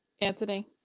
Anthony